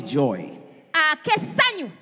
joy